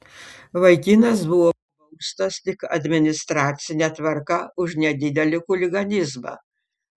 vaikinas buvo baustas tik administracine tvarka už nedidelį chuliganizmą